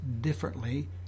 differently